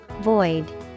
Void